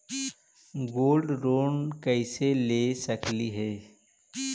Gold loan कैसे ले सकली हे?